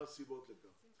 מה הסיבות לכך.